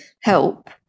help